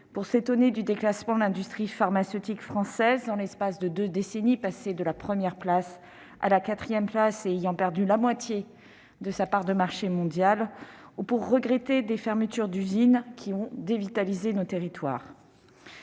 pour s'étonner du déclassement de l'industrie pharmaceutique française en l'espace de deux décennies- cette dernière est passée de la première à la quatrième place et a perdu la moitié de sa part de marché mondiale -ou pour regretter des fermetures d'usines qui ont dévitalisé nos territoires.